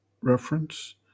Reference